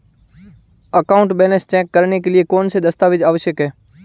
Account balance check करने के लिए कौनसे दस्तावेज़ आवश्यक हैं?